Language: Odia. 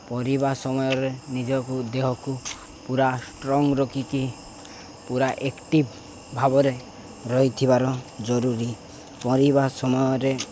ପରିବା ସମୟରେ ନିଜକୁ ଦେହକୁ ପୁରା ଷ୍ଟ୍ରଙ୍ଗ୍ ରଖିକି ପୁରା ଏକ୍ଟିଭ୍ ଭାବରେ ରହିଥିବାର ଜରୁରୀ ପହଁରିବା ସମୟରେ